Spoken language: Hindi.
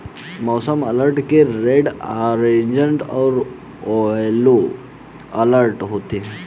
मौसम अलर्ट के रेड ऑरेंज और येलो अलर्ट होते हैं